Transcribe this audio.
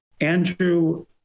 Andrew